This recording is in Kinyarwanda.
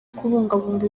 kubungabunga